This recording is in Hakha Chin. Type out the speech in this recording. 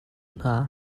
hna